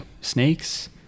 snakes